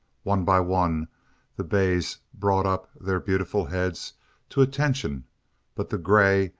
one by one the bays brought up their beautiful heads to attention but the grey,